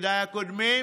מתפקידיי הקודמים,